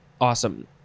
awesome